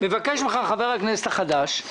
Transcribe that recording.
מבקש ממך חבר הכנסת החדש,